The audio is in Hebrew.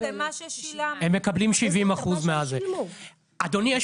הם מקבלים 70%. אדוני,